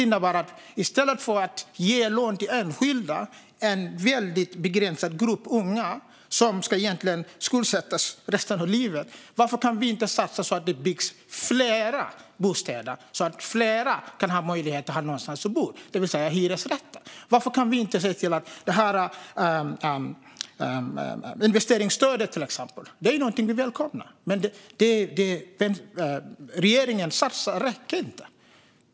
I stället för att ge lån till enskilda, en väldigt begränsad grupp unga som skuldsätts för resten av livet, är frågan varför kan vi inte satsa på att bygga fler bostäder så att fler kan ha möjlighet att ha någonstans att bo, det vill säga i hyresrätter. Investeringsstödet är någonting som vi välkomnar, men det regeringen satsar räcker inte.